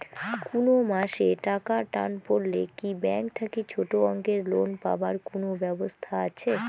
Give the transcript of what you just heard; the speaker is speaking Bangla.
কুনো মাসে টাকার টান পড়লে কি ব্যাংক থাকি ছোটো অঙ্কের লোন পাবার কুনো ব্যাবস্থা আছে?